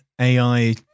AI